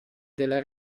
della